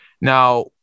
Now